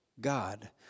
God